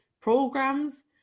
programs